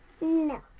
No